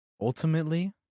ultimately